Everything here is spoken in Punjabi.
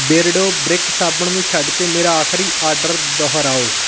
ਬਿਰਡੋ ਬ੍ਰਿਕ ਸਾਬਣ ਨੂੰ ਛੱਡ ਕੇ ਮੇਰਾ ਆਖਰੀ ਆਰਡਰ ਦੁਹਰਾਓ